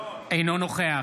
אינו נוכח